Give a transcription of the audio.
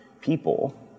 people